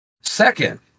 second